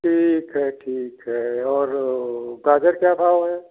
ठीक है ठीक है और गाजर क्या भाव है